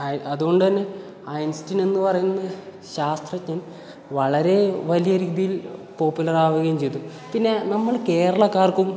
അതുകൊണ്ട് തന്നെ ഐൻസ്റ്റീൻ എന്ന് പറയുന്ന ശാസ്ത്രജ്ഞൻ വളരെ വലിയ രീതിയിൽ പോപ്പുലറാവുകയും ചെയ്തു പിന്നെ നമ്മൾ കേരളക്കാർക്കും